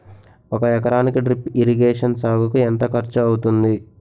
ఒక ఎకరానికి drip irrigation సాగుకు ఎంత ఖర్చు అవుతుంది?